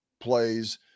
plays